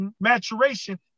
maturation